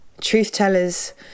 truth-tellers